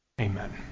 Amen